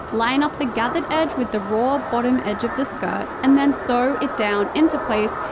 line up the gathered edge with the raw bottom edge of the skirt, and then sew it down into place,